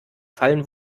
fallen